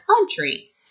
country